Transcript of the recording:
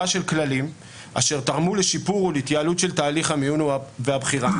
של כללים אשר תרמו לשיפור ולהתייעלות של תהליך המיון והבחירה.